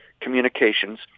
communications